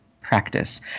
practice